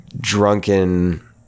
drunken